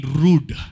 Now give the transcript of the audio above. rude